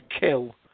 kill